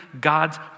God's